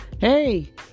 Hey